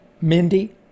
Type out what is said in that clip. Mindy